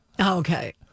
Okay